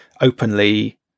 openly